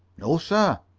no, sir.